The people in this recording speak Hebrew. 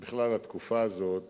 בכלל, התקופה הזאת